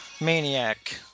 Maniac